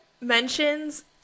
mentions